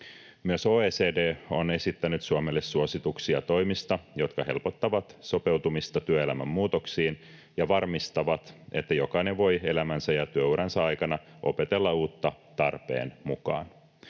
Myös OECD on esittänyt Suomelle suosituksia toimista, jotka helpottavat sopeutumista työelämän muutoksiin ja varmistavat, että jokainen voi elämänsä ja työuransa aikana opetella uutta tarpeen mukaan.